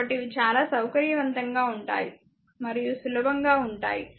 కాబట్టి ఇవి చాలా సౌకర్యవంతంగా ఉంటాయి మరియు సులభంగా ఉంటాయి